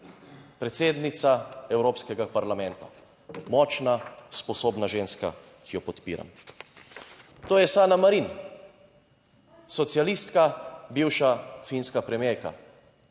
predsednica Evropskega parlamenta. Močna, sposobna ženska, ki jo podpiram. To je Sanna Marin, socialistka, bivša finska premierka.